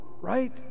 right